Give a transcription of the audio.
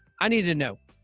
i need to know.